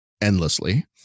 endlessly